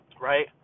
Right